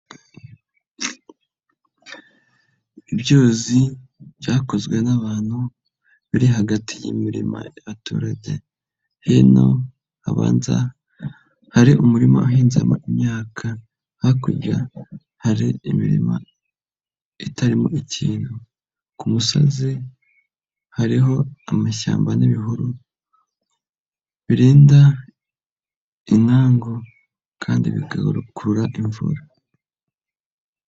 Ibyuzi byakozwe n'abantu biri hagati y'imirima y'abaturage hino habanza hari umurima uhinzemo imyaka, hakurya hari imirima itarimo ikintu ku musozi hariho amashyamba n'ibihuru, birinda inkangu kandi bigakurura imvura.